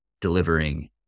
delivering